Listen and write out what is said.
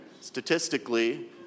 statistically